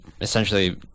essentially